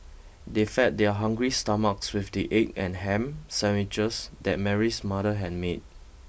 they fed their hungry stomachs with the egg and ham sandwiches that Mary's mother had made